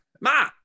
Ma